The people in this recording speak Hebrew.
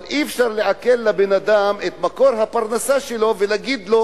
אבל אי-אפשר לעקל לבן אדם את מקור הפרנסה שלו ולהגיד לו: